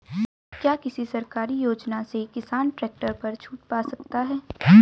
क्या किसी सरकारी योजना से किसान ट्रैक्टर पर छूट पा सकता है?